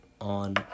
on